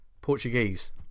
Portuguese